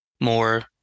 More